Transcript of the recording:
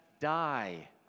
die